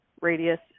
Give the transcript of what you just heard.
radius